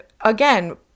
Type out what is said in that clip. again